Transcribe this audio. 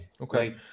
Okay